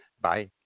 Bye